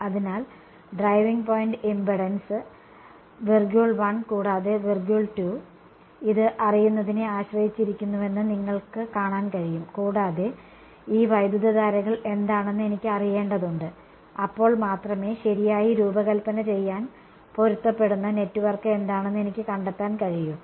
അതിനാൽ driving point impedance കൂടാതെ ഇത് അറിയുന്നതിനെ ആശ്രയിച്ചിരിക്കുന്നുവെന്ന് നിങ്ങൾക്ക് കാണാൻ കഴിയും കൂടാതെ ഈ വൈദ്യുതധാരകൾ എന്താണെന്ന് എനിക്ക് അറിയേണ്ടതുണ്ട് അപ്പോൾ മാത്രമേ ശരിയായി രൂപകൽപ്പന ചെയ്യാൻ പൊരുത്തപ്പെടുന്ന നെറ്റ്വർക്ക് എന്താണെന്ന് എനിക്ക് കണ്ടെത്താൻ കഴിയൂ